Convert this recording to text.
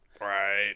Right